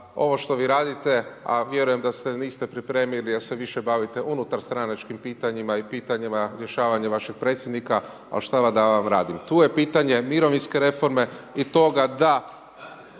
ovo što vi radite, a vjerujem da se niste pripremili, jer se više bavite unutar stranačkim pitanjima i pitanjima rješavanjem vašeg predsjednika, ali šta da vam radim. Tu je pitanje mirovinske reforme i toga da